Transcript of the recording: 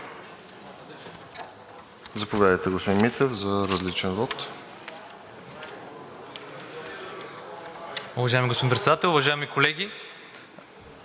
Заповядайте, господин Митев, за различен вот.